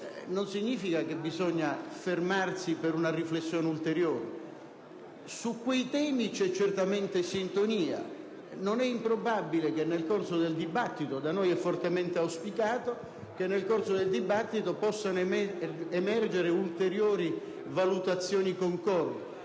non significa che bisogna fermarsi per una riflessione ulteriore. Su quei temi c'è certamente sintonia. Non è improbabile che nel corso del dibattito, da noi fortemente auspicato, possano emergere ulteriori valutazioni concordi.